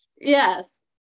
Yes